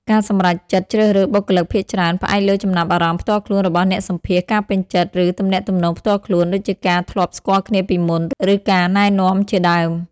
ការសម្រេចចិត្តជ្រើសរើសបុគ្គលិកភាគច្រើនផ្អែកលើចំណាប់អារម្មណ៍ផ្ទាល់ខ្លួនរបស់អ្នកសម្ភាសន៍ ការពេញចិត្ត ឬទំនាក់ទំនងផ្ទាល់ខ្លួន ដូចជាការធ្លាប់ស្គាល់គ្នាពីមុន ឬការណែនាំជាដើម។